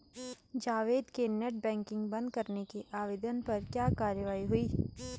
जावेद के net banking बंद करने के आवेदन पर क्या कार्यवाही हुई?